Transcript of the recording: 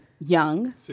young